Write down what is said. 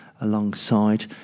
alongside